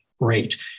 great